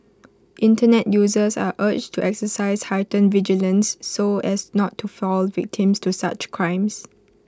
Internet users are urged to exercise heightened vigilance so as not to fall victim to such crimes